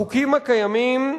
החוקים הקיימים,